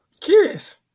Curious